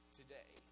today